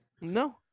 No